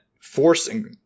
forcing